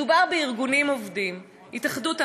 מדובר בארגוני עובדים: התאחדות המלונות,